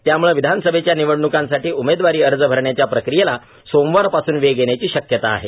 त्यामुळे विधानसभेच्या निवडण्कीसाठी उमेदवारी अर्ज अरण्याच्या प्रक्रियेला सोमवारपासून वेग येण्याची शक्यता आहे